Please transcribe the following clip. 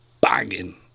banging